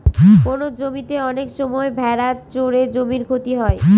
কোনো জমিতে অনেক সময় ভেড়া চড়ে জমির ক্ষতি হয়